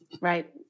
Right